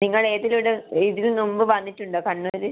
നിങ്ങൾ ഏത് ഇതിന് മുമ്പ് വന്നിട്ട് ഉണ്ടോ കണ്ണൂര്